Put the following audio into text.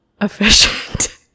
efficient